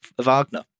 Wagner